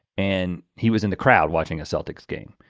and he was in the crowd watching a celtics game.